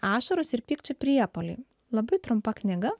ašaros ir pykčio priepuoliai labai trumpa knyga